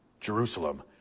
Jerusalem